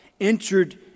entered